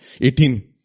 eighteen